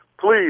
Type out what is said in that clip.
Please